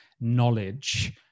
knowledge